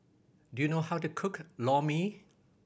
do you know how to cook Lor Mee